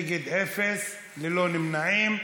אין מתנגדים, אין נמנעים.